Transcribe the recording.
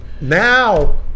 Now